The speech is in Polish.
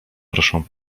proszę